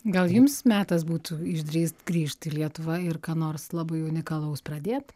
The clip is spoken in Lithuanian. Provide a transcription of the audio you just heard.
gal jums metas būtų išdrįst grįžt į lietuvą ir ką nors labai unikalaus pradėt